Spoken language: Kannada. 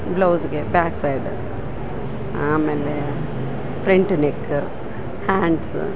ಬ್ಲೌಸ್ಗೆ ಬ್ಯಾಕ್ ಸೈಡ ಆಮೇಲೆ ಫ್ರಂಟ್ ನೆಕ್ಕ ಹ್ಯಾಂಡ್ಸ